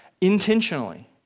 intentionally